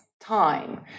time